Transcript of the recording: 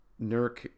Nurk